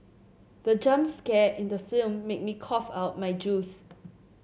the jump scare in the film made me cough out my juice